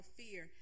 fear